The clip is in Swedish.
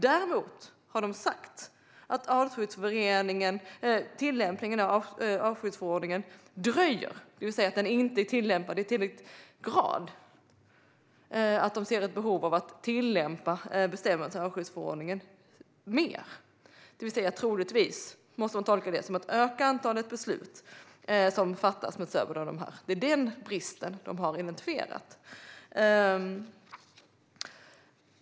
Däremot har de sagt att tillämpningen av artskyddsförordningen dröjer, det vill säga att den inte är tillämpad i tillräcklig grad och att de ser ett behov av att tillämpa bestämmelserna i artskyddsförordningen mer. Troligtvis måste man tolka det som att det handlar om att öka antalet beslut som fattas med stöd av de bestämmelserna. Det är den bristen de har identifierat.